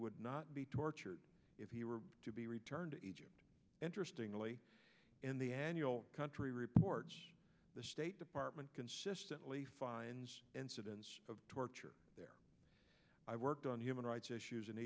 would not be tortured if he were to be returned to egypt interestingly in the country reports the state department consistently finds incidents of torture there i worked on human rights issues in